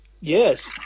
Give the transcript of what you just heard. yes